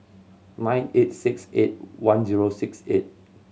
nine eight six eight one zero six eight